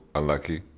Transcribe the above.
unlucky